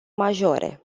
majore